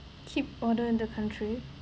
keep order in the country